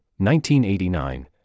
1989